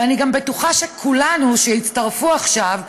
ואני גם בטוחה שכולנו, שהצטרפו עכשיו,